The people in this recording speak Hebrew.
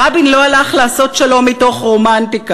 רבין לא הלך לעשות שלום מתוך רומנטיקה.